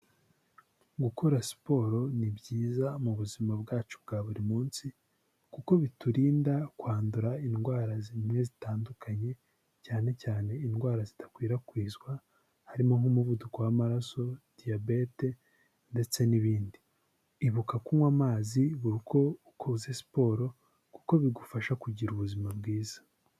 Gukora siporo ni byiza mu buzima bwacu bwa buri munsi kuko biturinda kwandura indwara zigiye zitandukanye, cyane cyane indwara zidakwirakwizwa harimo nk'umuvuduko w'amaraso, diyabete ndetse n'ibindi. Ibuka kunywa amazi buri uko ukoze siporo kuko bigufasha kugira ubuzima bwiza.